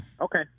Okay